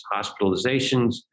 Hospitalizations